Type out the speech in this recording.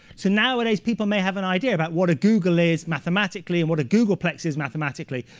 so nowadays people may have an idea about what a googol is mathematically, and what a googolplex is mathematically.